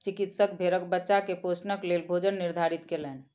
चिकित्सक भेड़क बच्चा के पोषणक लेल भोजन निर्धारित कयलैन